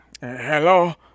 Hello